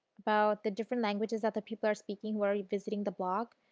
about the different languages that the people are speaking who are visiting the blog.